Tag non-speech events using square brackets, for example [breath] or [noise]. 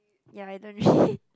ya I don't really [breath]